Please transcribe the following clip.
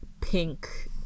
Pink